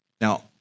Now